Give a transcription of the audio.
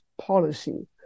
policy